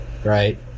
Right